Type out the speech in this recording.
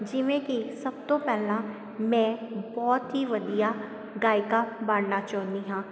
ਜਿਵੇਂ ਕਿ ਸਭ ਤੋਂ ਪਹਿਲਾਂ ਮੈਂ ਬਹੁਤ ਹੀ ਵਧੀਆ ਗਾਇਕਾ ਬਣਨਾ ਚਾਹੁੰਦੀ ਹਾਂ